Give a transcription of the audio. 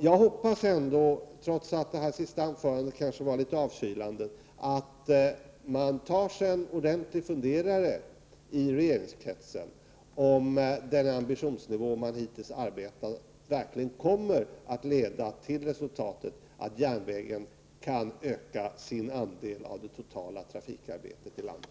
Jag hoppas ändå, trots att detta sista anförande kanske blev litet avkylande, att man i regeringskretsen tar sig en ordentlig funderare på om den ambitionsnivå man hittills arbetat efter verkligen kommer att leda till resultatet att järnvägen kan öka sin andel av det totala trafikarbetet i landet.